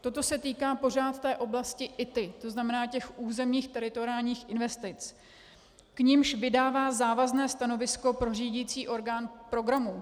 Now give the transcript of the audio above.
Toto se týká pořád té oblasti ITI, to znamená těch územních teritoriálních investic, k nimž vydává závazné stanovisko pro řídicí orgán programu.